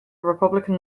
republican